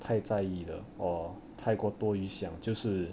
太在意的 or 太过多余想就是